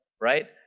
right